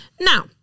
Now